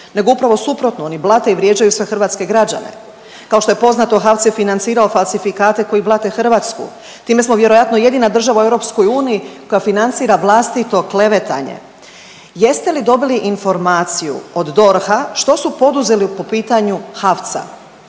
nego upravo suprotno oni blate i vrijeđaju sve hrvatske građane. Kao što je poznato HAVC je financirao falsifikate koji blate Hrvatsku. Time smo vjerojatno jedina država u EU koja financira vlastito klevetanje. Jeste li dobili informaciju od DORH-a što su poduzeli po pitanju HAVC-a,